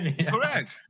Correct